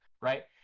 right